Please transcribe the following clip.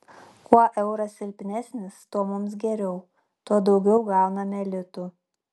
kuo euras silpnesnis tuo mums geriau tuo daugiau gauname litų